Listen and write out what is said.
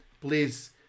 please